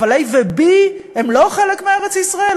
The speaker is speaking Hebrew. אבל A ו-B הם לא חלק מארץ-ישראל?